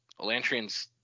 Elantrians